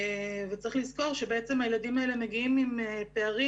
וצריך לזכור שבעצם הילדים האלה מגיעים עם פערים